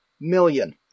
million